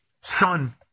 Son